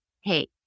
hey